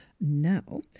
Now